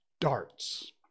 darts